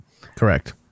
Correct